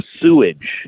sewage